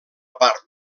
part